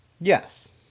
Yes